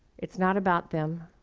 it's not about them,